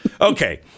Okay